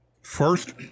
First